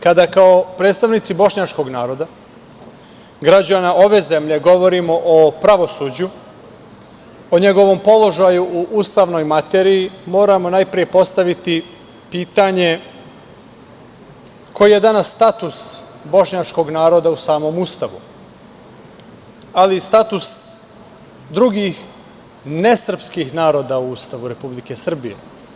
Kada kao predstavnici bošnjačkog naroda građana ove zemlje govorimo o pravosuđu, o njegovom položaju u ustavnoj materiji, moramo najpre postaviti pitanje - koji je danas status bošnjačkog naroda u samom Ustavu, ali i status drugih nesrpskih naroda u Ustavu Republike Srbije?